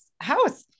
house